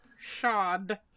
shod